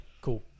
cool